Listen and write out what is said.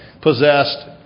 possessed